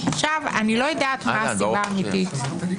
לא יודעת מה הסיבה האמיתית.